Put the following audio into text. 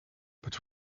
but